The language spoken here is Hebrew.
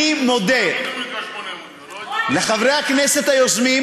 אני מודה לחברי הכנסת היוזמים,